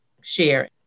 share